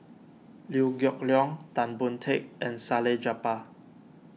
Liew Geok Leong Tan Boon Teik and Salleh Japar